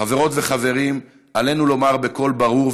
חברות וחברים, עלינו לומר בקול ברור וגאה: